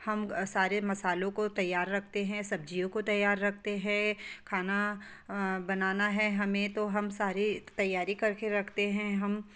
हम सारे मसालों को तैयार रखते हैं सब्ज़ियों को तैयार रखते हैं खाना बनाना है हमें तो हम सारी तैयारी करके रखते हैं हम